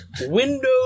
Windows